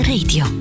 Radio